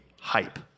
hype